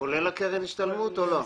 כולל קרן השתלמות או לא?